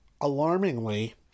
Alarmingly